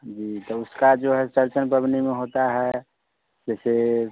जी तो उसका जो है चौरचन पबनी में होता है जैसे